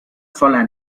sola